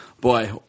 boy